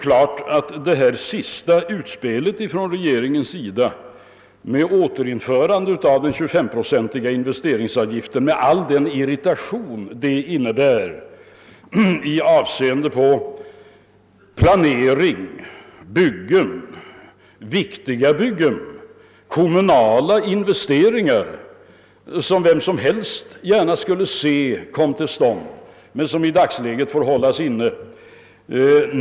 Det senaste utspelet från regeringens sida gäller återinförande av den 25-procentiga investeringsavgiften med all den irritation det medför i avseende på planering av viktiga byggen och kommunala investeringar, vilka vem som helst gärna skulle se kom till stånd men som man i dagsläget måste uppskjuta.